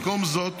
במקום זאת,